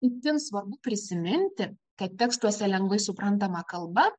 itin svarbu prisiminti kad tekstuose lengvai suprantama kalba